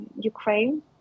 Ukraine